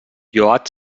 lloat